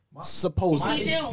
Supposedly